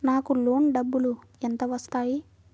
నాకు లోన్ డబ్బులు ఎంత వస్తాయి?